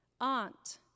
aunt